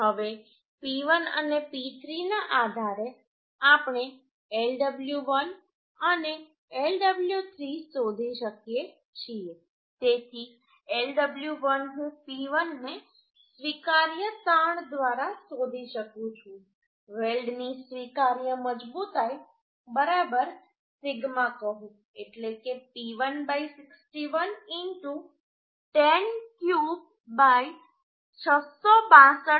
હવે P1 અને P3 ના આધારે આપણે Lw1 અને Lw3 શોધી શકીએ છીએ તેથી Lw1 હું P1 ને સ્વીકાર્ય તાણ દ્વારા શોધી શકું છું વેલ્ડની સ્વીકાર્ય મજબૂતાઈ બરાબર સિગ્મા કહો એટલે કે P1 61 10³ 662